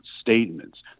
statements